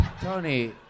Tony